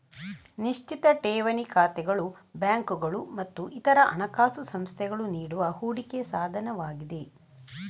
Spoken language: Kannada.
ನಿಶ್ಚಿತ ಠೇವಣಿ ಖಾತೆಗಳು ಬ್ಯಾಂಕುಗಳು ಮತ್ತು ಇತರ ಹಣಕಾಸು ಸಂಸ್ಥೆಗಳು ನೀಡುವ ಹೂಡಿಕೆ ಸಾಧನವಾಗಿದೆ